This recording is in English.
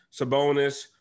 Sabonis